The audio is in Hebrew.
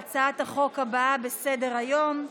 ההצעה להעביר לוועדה את הצעת חוק נכסי נפקדים (תיקון,